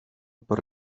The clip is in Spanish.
por